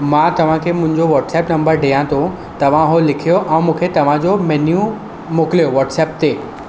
मां तव्हांखे मुंहिंजो वॉट्सप नंबर ॾियां थो तव्हां उहो लिखियो ऐं मूंखे तव्हांजो मेन्यू मोकिलियो वॉट्सप ते